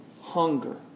hunger